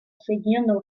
соединенного